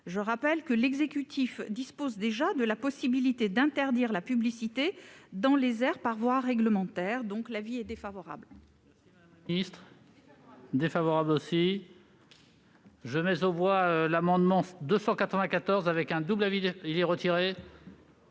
Je rappelle que l'exécutif dispose déjà de la possibilité d'interdire la publicité dans les airs par voie réglementaire. L'avis est donc défavorable.